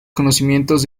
conocimientos